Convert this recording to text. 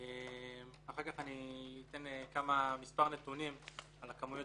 אחר כך אני אתן מספר נתונים על הכמויות